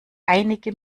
einige